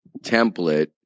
template